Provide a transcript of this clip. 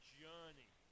journey